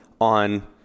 on